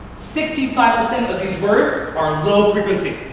sixty five percent of these words are low frequency.